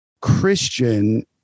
Christian